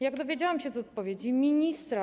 Jak dowiedziałam się z odpowiedzi ministra.